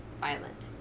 violent